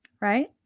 Right